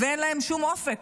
ואין להן שום אופק,